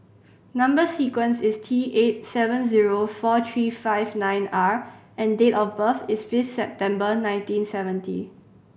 number sequence is T eight seven zero four three five nine R and date of birth is fifth September nineteen seventy